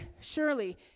surely